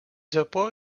japó